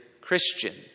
Christian